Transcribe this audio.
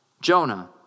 Jonah